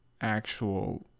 Actual